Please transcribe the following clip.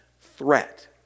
threat